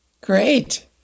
Great